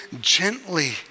gently